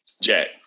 Jack